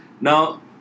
Now